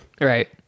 Right